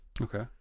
Okay